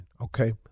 Okay